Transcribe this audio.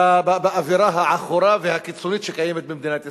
באווירה העכורה והקיצונית שקיימת במדינת ישראל.